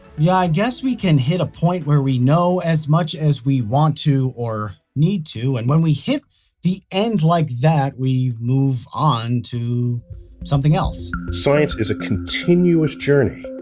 yeah, i guess we can hit a point where we know as much as we want to or need to. and when we hit the end like that we move on to something else. science is a continuous journey